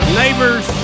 neighbors